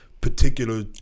particular